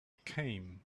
came